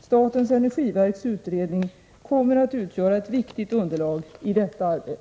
Statens energiverks utredning kommer att utgöra ett viktigt underlag i detta arbete.